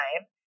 time